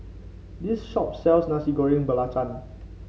this shop sells Nasi Goreng Belacan